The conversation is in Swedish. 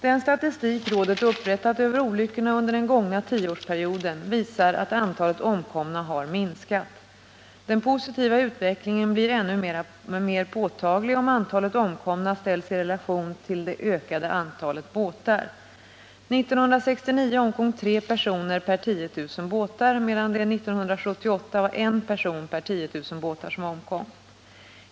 Den statistik rådet upprättat över olyckorna under den gångna tioårsperioden visar att antalet omkomna har minskat. Den positiva utvecklingen blir ännu mer påtaglig om antalet omkomna ställs i relation till det ökade antalet båtar. 1969 omkom 3 personer per 10 000 båtar medan det 1978 var I person per 10 000 båtar som omkom.